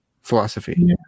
philosophy